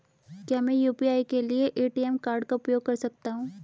क्या मैं यू.पी.आई के लिए ए.टी.एम कार्ड का उपयोग कर सकता हूँ?